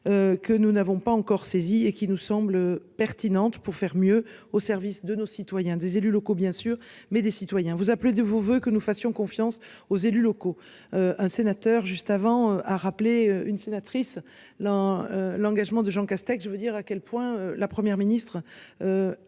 Que nous n'avons pas encore saisi et qui nous semblent pertinentes pour faire mieux au service de nos citoyens des élus locaux bien sûr mais des citoyens. Vous appelez de vos voeux que nous fassions confiance aux élus locaux. Un sénateur juste avant a rappelé une sénatrice là. L'engagement de Jean Castex. Je veux dire à quel point la Première ministre.